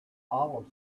all